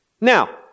Now